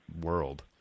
world